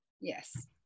Yes